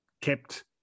kept